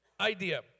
idea